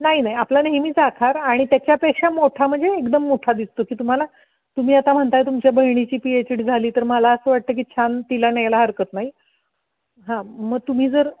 नाही नाही आपला नेहमीचा आकार आणि त्याच्यापेक्षा मोठा म्हणजे एकदम मोठा दिसतो की तुम्हाला तुम्ही आता म्हणताय तुमच्या बहिणीची पीएच डी झाली तर मला असं वाटतं की छान तिला न्यायला हरकत नाही हां मग तुम्ही जर